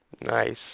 Nice